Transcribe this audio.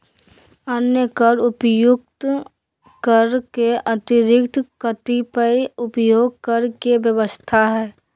अन्य कर उपर्युक्त कर के अतिरिक्त कतिपय उपभोग कर के व्यवस्था ह